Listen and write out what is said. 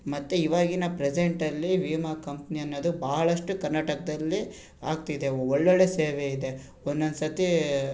ಮತ್ತು ಇವಾಗಿನ ಪ್ರೆಸೆಂಟಲ್ಲಿ ವಿಮಾ ಕಂಪ್ನಿ ಅನ್ನೋದು ಭಾಳಷ್ಟು ಕರ್ನಾಟಕದಲ್ಲಿ ಆಗ್ತಿದೆ ಒಳ್ಳೊಳ್ಳೆಯ ಸೇವೆ ಇದೆ ಒಂದೊಂದು ಸರ್ತಿ